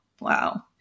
Wow